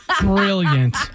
Brilliant